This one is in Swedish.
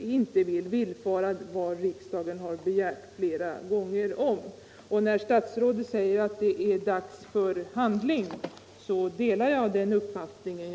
inte vill villfara vad riksdagen flera gångar har begärt. Statsrådet Hjelm-Wallén säger att det nu är dags för handling, och vi delar den uppfattningen.